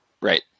right